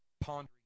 pondering